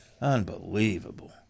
Unbelievable